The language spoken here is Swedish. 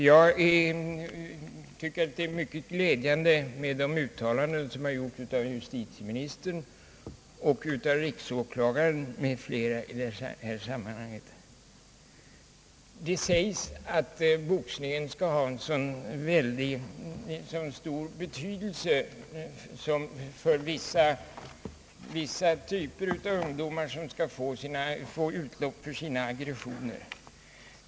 Jag tycker de uttalanden som har gjorts av justitieministern och riksåklagaren m.fl. i dessa sammanhang är mycket glädjande. Det sägs att boxningen skulle ha särskilt stor betydelse för vissa typer av ungdomar, som skulle få utlopp för sina aggressioner.